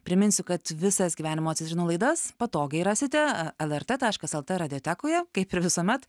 priminsiu kad visas gyvenimo citrinų laidas patogiai rasite lrt taškas lt radiotekoje kaip ir visuomet